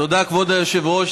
תודה, כבוד היושב-ראש.